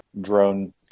drone